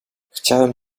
chciałem